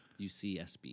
UCSB